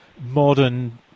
modern